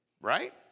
Right